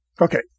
Okay